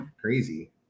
crazy